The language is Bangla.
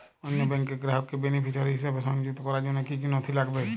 অন্য ব্যাংকের গ্রাহককে বেনিফিসিয়ারি হিসেবে সংযুক্ত করার জন্য কী কী নথি লাগবে?